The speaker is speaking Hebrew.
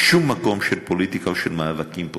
משום מקום של פוליטיקה או של מאבקים פוליטיים.